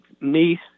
niece